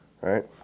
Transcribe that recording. right